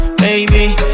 baby